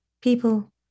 People